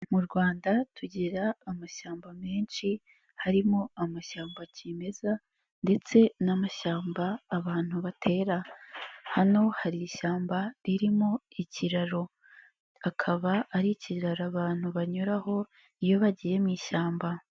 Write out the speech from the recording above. Mu Rwanda tugira amashyamba menshi harimo amashyamba kimeza ndetse n'amashyamba abantu batera, hano hari ishyamba ririmo ikiraro, akaba ari ikiraro abantu banyuraho iyo bagiye mu ishyamba.